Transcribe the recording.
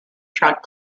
truck